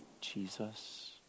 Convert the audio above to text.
Jesus